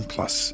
Plus